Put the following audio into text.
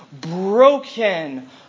broken